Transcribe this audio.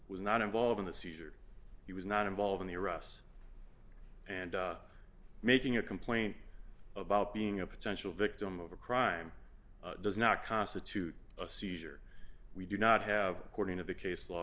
was not involved in the seizure he was not involved in the arrests and making a complaint about being a potential victim of a crime does not constitute a seizure we do not have a corner of the case law